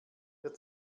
der